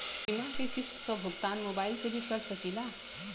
बीमा के किस्त क भुगतान मोबाइल से भी कर सकी ला?